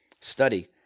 study